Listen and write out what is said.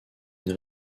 une